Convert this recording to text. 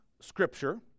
scripture